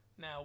Now